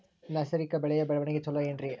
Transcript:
ನೈಸರ್ಗಿಕ ಬೆಳೆಯ ಬೆಳವಣಿಗೆ ಚೊಲೊ ಏನ್ರಿ?